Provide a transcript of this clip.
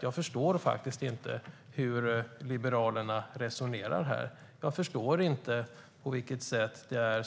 Jag förstår faktiskt inte hur Liberalerna resonerar när det gäller